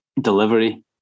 delivery